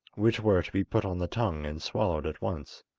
which were to be put on the tongue and swallowed at once.